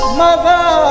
mother